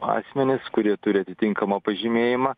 asmenys kurie turi atitinkamą pažymėjimą